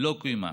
לא קוימה,